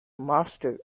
master